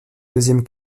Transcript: deuxième